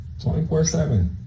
24-7